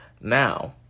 now